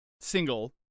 single